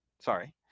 Sorry